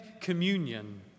communion